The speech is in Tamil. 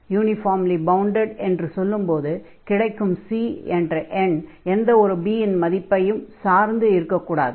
யூனிஃபார்ம்லி பவுண்டட் என்று சொல்லும்போது கிடைக்கும் C என்ற எண் எந்த ஒரு b இன் மதிப்பையும் சார்ந்து இருக்கக் கூடாது